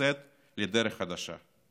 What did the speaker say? לצאת לדרך חדשה.